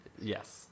Yes